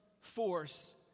force